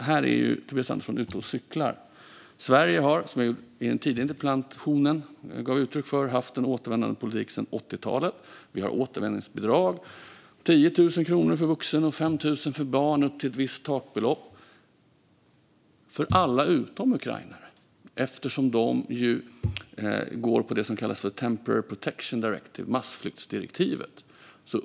Här är Tobias Andersson ute och cyklar. Som jag gav uttryck för i den förra interpellationsdebatten har Sverige sedan 80-talet haft en återvändandepolitik. Vi har återvändandebidrag på 10 000 kronor per vuxen och 5 000 kronor per barn upp till ett takbelopp för alla utom ukrainare eftersom de är här i enlighet med massflyktsdirektivet.